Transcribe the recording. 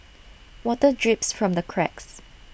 water drips from the cracks